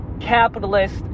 capitalist